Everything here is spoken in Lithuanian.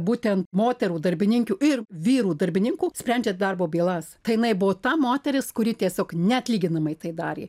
būtent moterų darbininkių ir vyrų darbininkų sprendžiant darbo bylas tai jinai buvo ta moteris kuri tiesiog neatlyginamai tai darė